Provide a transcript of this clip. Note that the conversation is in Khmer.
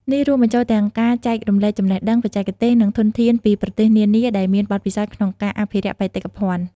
នេះរួមបញ្ចូលទាំងការចែករំលែកចំណេះដឹង បច្ចេកទេស និងធនធានពីប្រទេសនានាដែលមានបទពិសោធន៍ក្នុងការអភិរក្សបេតិកភណ្ឌ។